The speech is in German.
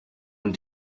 ein